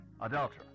Adulterer